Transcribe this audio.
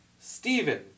Steven